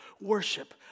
worship